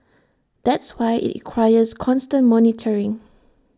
that's why IT requires constant monitoring